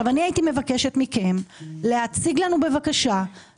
אני הייתי מבקשת מכם להציג לנו מה